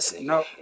No